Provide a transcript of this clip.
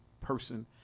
person